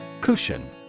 Cushion